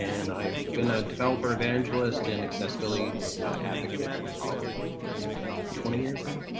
and i've been a developer evangelist and accessibility advocate for probably twenty years now.